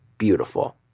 beautiful